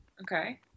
okay